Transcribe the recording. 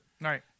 right